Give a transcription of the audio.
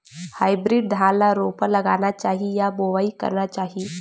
Hybrid धान ल रोपा लगाना चाही या बोआई करना चाही?